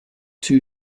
two